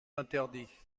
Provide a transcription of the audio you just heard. interdit